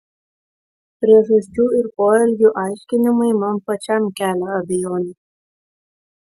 priežasčių ir poelgių aiškinimai man pačiam kelia abejonių